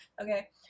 okay